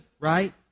right